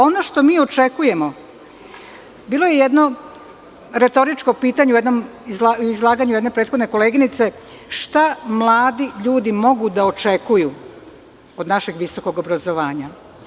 Ono što mi očekujemo, bilo je jedno retoričko pitanje u jednom izlaganju jedne prethodne koleginice šta mladi ljudi mogu da očekuju od našeg visokog obrazovanja.